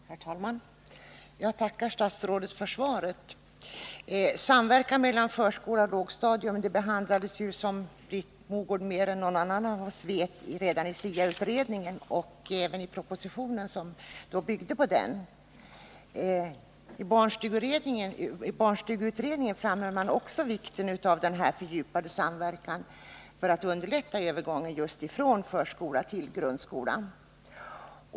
Herr talman! Jag tackar statsrådet för svaret. Samverkan mellan förskola och lågstadium behandlades ju — som Britt Mogård mer än någon annan av oss vet — redan i SIA-utredningen och även i den proposition som byggde på den. Barnstugeutredningen framhöll också vikten av denna fördjupade samverkan för att underlätta övergången från förskola till grundskola.